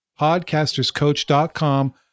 podcasterscoach.com